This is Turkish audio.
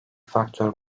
faktör